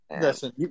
Listen